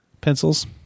pencils